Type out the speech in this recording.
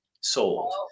sold